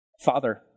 Father